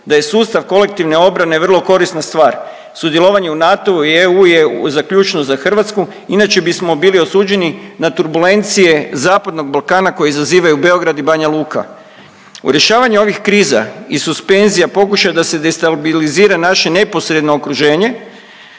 da je sustav kolektivne obrane vrlo korisna stvar sudjelovanje u NATO-u i EU je ključno za Hrvatsku. Inače bismo bili osuđeni na turbulencije zapadnog Balkana koji izazivaju Beograd i Banja Luka. U rješavanju ovih kriza i suspenzija pokušaj da se destabilizira naše neposredno okruženje